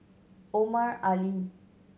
Omar Ali